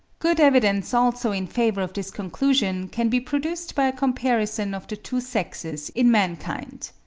good evidence also in favour of this conclusion can be produced by a comparison of the two sexes in mankind.